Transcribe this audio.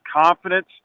confidence